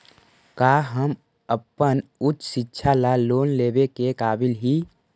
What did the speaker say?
का हम अपन उच्च शिक्षा ला लोन लेवे के काबिल ही?